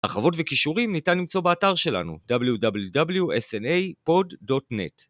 הרחבות וכישורים ניתן למצוא באתר שלנו, www.snapod.net.